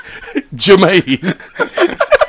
Jermaine